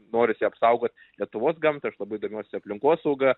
norisi apsaugot lietuvos gamtą aš labai domiuosi aplinkosauga